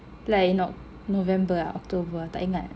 yea like November ya October ah tak ingat